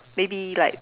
maybe like